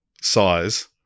size